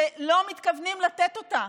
שלא מתכוונים לתת אותה.